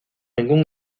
ningún